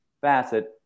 facet